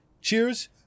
Cheers